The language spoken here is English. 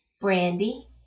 Brandy